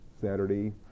Saturday